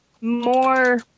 more